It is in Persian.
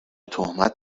تهمت